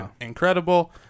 incredible